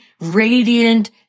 radiant